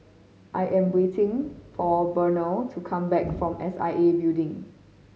I am waiting for Burnell to come back from S I A Building